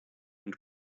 and